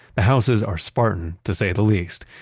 the houses are spartan to say the least,